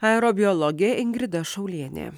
aero biologė ingrida šaulienė